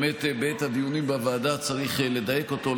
בעת הדיונים בוועדה צריך לדייק אותו,